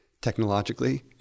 technologically